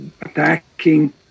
attacking